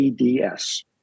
EDS